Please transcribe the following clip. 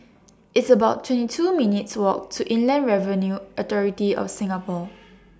It's about twenty two minutes' Walk to Inland Revenue Authority of Singapore